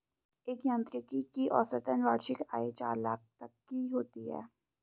एक यांत्रिकी की औसतन वार्षिक आय चार लाख तक की होती है